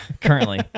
currently